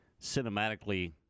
cinematically